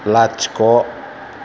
लाथिख'